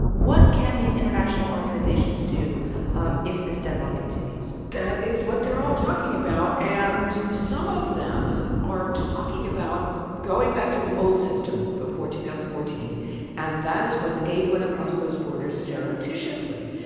what can these international organizations do um if this deadlock continues? that is what they're all talking about. and some of them are talking about going back to the old system before two thousand and fourteen and that is when aid went across those borders surreptitiously.